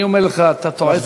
ואני אומר לך: אתה טועה,